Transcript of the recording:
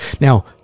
Now